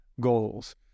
goals